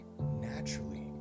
naturally